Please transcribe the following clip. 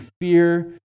fear